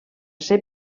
ser